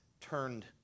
turned